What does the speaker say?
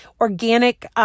organic